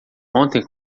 ontem